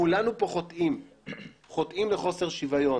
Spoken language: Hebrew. כולנו פה חוטאים לחוסר שוויון.